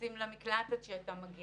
הם לא נכנסים למקלט עד שהיא מגיעה.